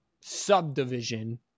subdivision